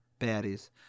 Baddies